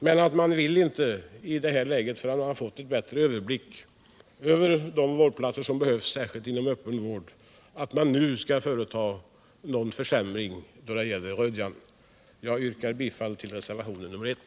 Men man vill inte i det här läget, innan man har fått en bättre överblick över de vårdplatser som behövs särskilt inom öppen vård, att det skall ske någon försämring då det gäller Rödjan. Jag yrkar bifall till reservationen 1.